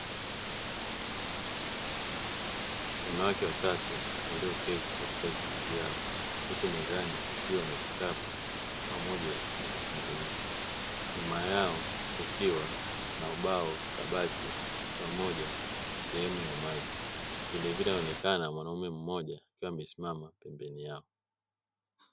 Wanawake watatu walioketi katika viti vyao huku mezani kukiwa na vitabu pamoja na vitu vingi nyuma yao kukiwa na ubao, kabati pamoja na sehemu ya maji vilevile anaonekana mwanaume mmoja akiwa amesimama pembeni yao.